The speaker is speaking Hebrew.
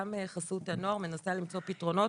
גם חסות הנוער מנסה למצוא פתרונות,